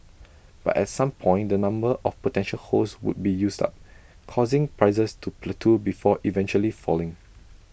but at some point the number of potential hosts would be used up causing prices to plateau before eventually falling